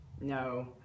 No